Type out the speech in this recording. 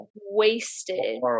wasted